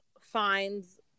finds